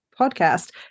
podcast